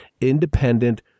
independent